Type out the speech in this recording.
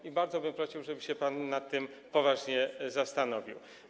I bardzo bym prosił, żeby się pan nad tym poważnie zastanowił.